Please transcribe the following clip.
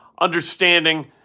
understanding